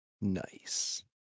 Nice